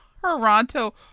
Toronto